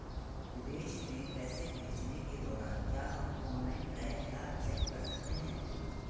विदेश में पैसे भेजने के दौरान क्या हम ऑनलाइन ट्रैक या चेक कर सकते हैं?